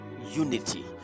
unity